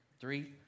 Three